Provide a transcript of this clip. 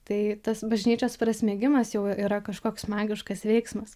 tai tas bažnyčios prasmegimas jau yra kažkoks magiškas veiksmas